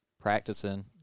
practicing